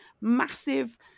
massive